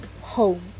home